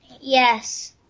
Yes